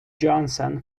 johnson